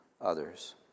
others